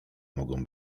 mogą